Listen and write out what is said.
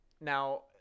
Now